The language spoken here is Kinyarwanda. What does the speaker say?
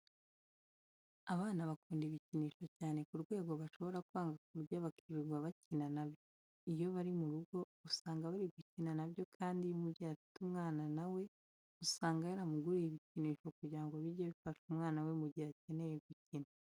Abana bakunda ibikinisho cyane ku rwego bashobora kwanga kurya bakirirwa bakina na byo. Iyo bari mu rugo usanga bari gukina na byo kandi iyo umubyeyi afite umwana na we usanga yaramuguriye ibikinisho kugira ngo bijye bifasha umwana we mu gihe akeneye gukina.